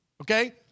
okay